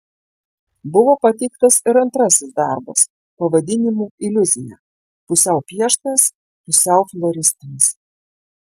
buvo pateiktas ir antrasis darbas pavadinimu iliuzija pusiau pieštas pusiau floristinis